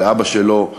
ואבא שלו,